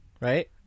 Right